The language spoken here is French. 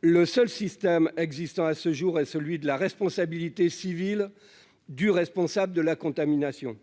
Le seul système existant à ce jour, et celui de la responsabilité civile du responsable de la contamination,